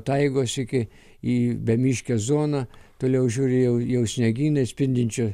taigos iki į bemiškę zoną toliau žiūrėjau jau sniegynais spindinčiu